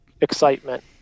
excitement